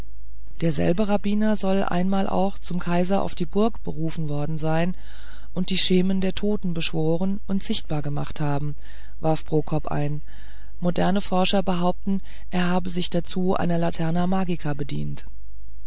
derselbe rabbiner soll einmal auch zum kaiser auf die burg berufen worden sein und die schemen der toten beschworen und sichtbar gemacht haben warf prokop ein moderne forscher behaupten er habe sich dazu einer laterna magica bedient